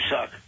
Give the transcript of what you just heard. suck